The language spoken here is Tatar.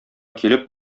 килеп